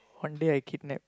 one day I kidnap